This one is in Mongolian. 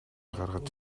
гаргаж